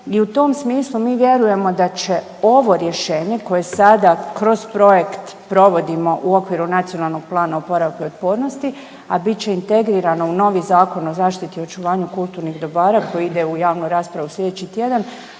I u tom smislu mi vjerujemo da će ovo rješenje koje sada kroz projekt provodimo u okviru NPOO-a, a bit će integrirano u novi Zakon o zaštiti i očuvanju kulturnih dobara koji ide u javnu raspravu sljedeći tjedan